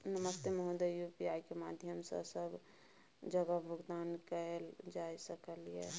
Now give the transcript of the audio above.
नमस्ते महोदय, यु.पी.आई के माध्यम सं सब जगह भुगतान कैल जाए सकल ये?